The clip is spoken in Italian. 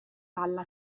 palla